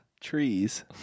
trees